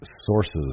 sources